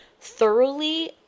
thoroughly